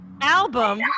album